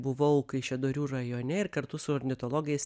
buvau kaišiadorių rajone ir kartu su ornitologais